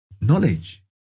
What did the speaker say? knowledge